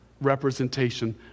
representation